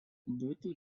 būti